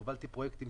הובלתי שם פרויקטים.